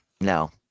no